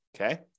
okay